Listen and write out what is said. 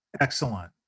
Excellent